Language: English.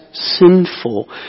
sinful